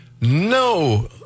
no